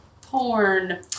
porn